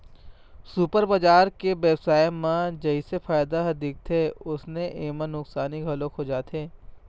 super बजार के बेवसाय म जइसे फायदा ह दिखथे वइसने एमा नुकसानी घलोक हो जाथे